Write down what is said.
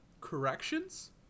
corrections